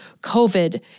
COVID